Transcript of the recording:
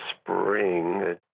spring